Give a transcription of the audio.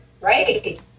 Right